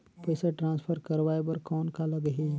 पइसा ट्रांसफर करवाय बर कौन का लगही?